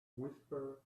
whisperer